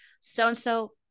so-and-so